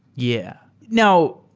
yeah. now,